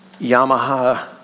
Yamaha